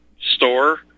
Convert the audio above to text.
store